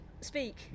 Speak